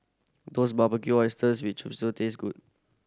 does Barbecued Oysters with taste good